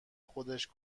خودش